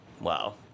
Wow